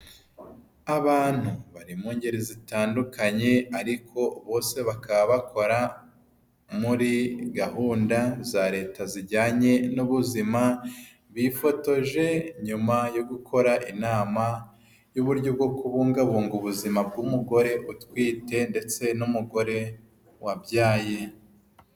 Abantu bari mu ngeri zitandukanye ariko bose se bakaba bakora muri gahunda za leta zijyanye n'ubuzima, bifotoje nyuma yo gukora inama y'uburyo bwo kubungabunga ubuzima bw'umugore utwite ndetse n'umugore wabyaye.